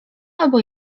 albo